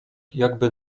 jakby